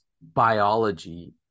biology